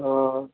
हाँ